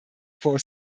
for